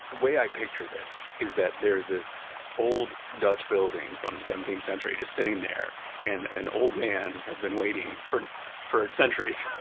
way i picture this is that there's this old dutch building from the seventeenth century just sitting there and an old man has been waiting for for centuries,